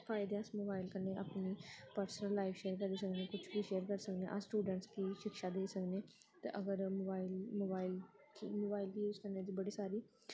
फायदे अस मोबाइल कन्नै अपनी पर्सनल लाइफ शेयर करी सकने कुछ बी शेयर करी सकने अस स्टूडैंट गी शिक्षा देई सकने ते अगर मोबाइल मोबाइल मोबाइल यूज कन्नै अस बड़ी सारी